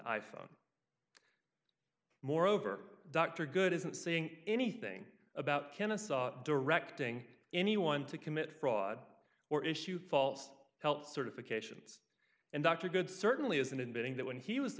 phone moreover dr good isn't saying anything about kennesaw directing anyone to commit fraud or issue fault helped certifications and dr good certainly isn't admitting that when he was the